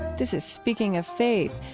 this is speaking of faith.